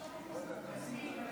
ממשלתית.